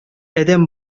адәм